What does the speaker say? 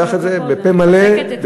אני משבח את זה בפה מלא ובפומבי.